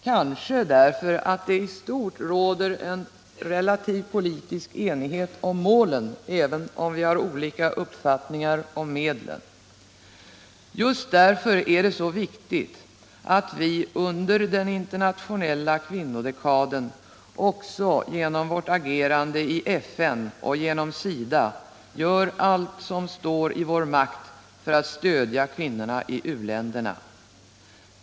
I stort råder det en relativ politisk enighet om målen, även om vi har olika uppfattningar om medlen. Just därför är det så viktigt att vi under den internationella kvinnodekaden också genom vårt agerande i FN och genom SIDA gör allt som står i vår makt för att stödja kvinnorna i u-länderna.